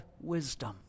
Wisdom